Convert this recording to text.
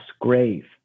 grave